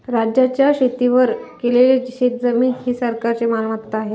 राज्याच्या शेतीवर केलेली शेतजमीन ही सरकारची मालमत्ता आहे